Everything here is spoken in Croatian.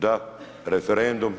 Da, referendum.